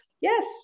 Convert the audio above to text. yes